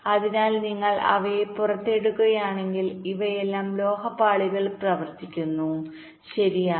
അതിനാൽ നിങ്ങൾ അവയെ പുറത്തെടുക്കുകയാണെങ്കിൽ ഇവയെല്ലാം ലോഹ പാളികളിൽ പ്രവർത്തിക്കുന്നു ശരിയാണ്